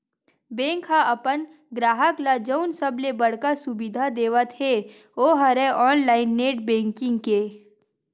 bank ह अपन गराहक ल जउन सबले बड़का सुबिधा देवत हे ओ हरय ऑनलाईन नेट बेंकिंग के